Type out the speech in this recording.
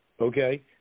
Okay